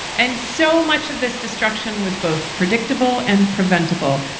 and so much of this destruction was both predictable and preventable.